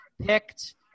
picked